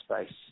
space